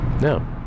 no